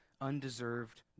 undeserved